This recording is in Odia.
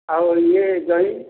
ଆଉ ଇଏ ଜ୍ଵାଇଁ